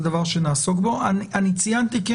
ציינתי,